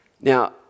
Now